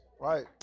Right